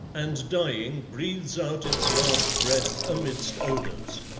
and dying, breathes out its last breath amidst odors.